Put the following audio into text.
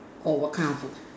or what kind of food